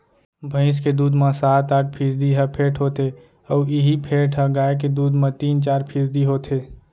भईंस के दूद म सात आठ फीसदी ह फेट होथे अउ इहीं फेट ह गाय के दूद म तीन चार फीसदी होथे